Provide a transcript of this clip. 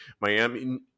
Miami